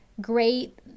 great